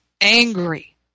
angry